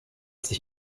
sich